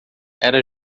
era